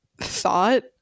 thought